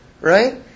Right